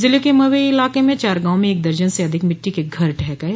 जिले के मवई इलाके के चार गांवों में एक दर्जन से अधिक मिट्टी के घर ढह गये